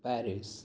Paris